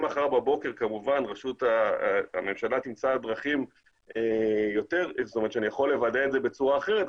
אם מחר בבוקר הממשלה תמצא דרכים שאני יכול לוודא את זה בצורה אחרת,